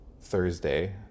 Thursday